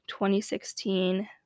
2016